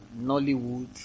nollywood